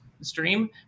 stream